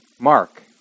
Mark